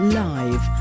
live